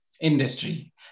industry